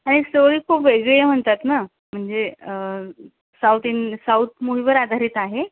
आणि स्टोरी खूप वेगळी आहे म्हणतात ना म्हणजे साउथ इं साउथ मूव्हीवर आधारित आहे